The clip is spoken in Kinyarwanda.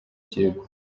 kirego